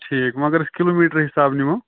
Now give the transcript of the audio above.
ٹھیٖک وٕ اَگر أسۍ کِلوٗمیٖٹَر حِساب نِمَو